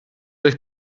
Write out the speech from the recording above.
euch